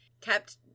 kept